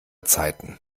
zeiten